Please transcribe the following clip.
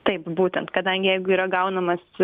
taip būtent kadangi jeigu yra gaunamas